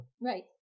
Right